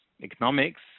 economics